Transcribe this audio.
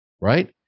right